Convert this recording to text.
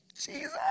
jesus